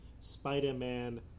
Spider-Man